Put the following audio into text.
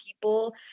people